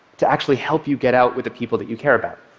to actually help you get out with the people that you care about?